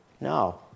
No